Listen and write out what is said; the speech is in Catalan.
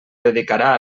dedicarà